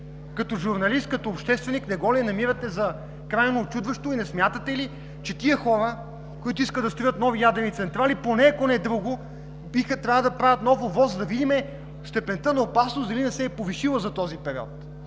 Като журналист, като общественик не го ли намирате за крайно учудващо и не смятате ли, че тези хора, които искат да строят нови ядрени централи, поне, ако не друго, трябва да направят нов ОВОС, за да видим степента на опасност дали не се е повишила за този период?